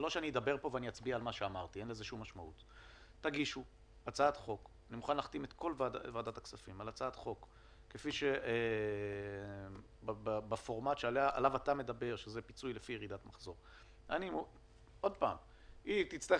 זה לא שאני אדבר פה ואצביע על מה שאמרתי, אין לזה